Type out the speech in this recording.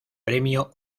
premio